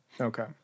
Okay